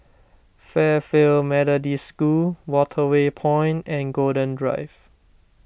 Fairfield Methodist School Waterway Point and Golden Drive